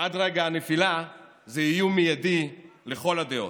עד רגע הנפילה זה איום מיידי לכל הדעות.